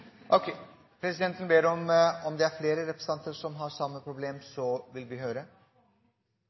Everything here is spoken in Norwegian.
Presidenten lurer på om det er flere representanter som har det samme